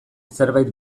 zerbait